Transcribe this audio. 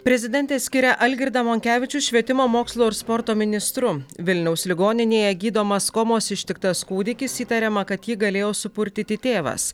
prezidentė skiria algirdą monkevičių švietimo mokslo ir sporto ministru vilniaus ligoninėje gydomas komos ištiktas kūdikis įtariama kad ji galėjo supurtyti tėvas